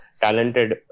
talented